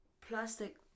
Plastic